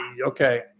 Okay